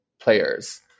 players